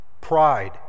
pride